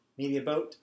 mediaboat